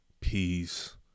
peace